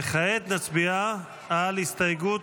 וכעת נצביע על הסתייגות,